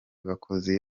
bakozi